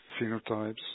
phenotypes